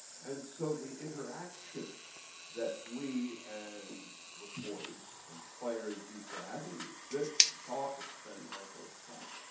and so the interaction that we as reporters and players used to have where you would sit, and talk, and spend all sorts of time,